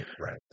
right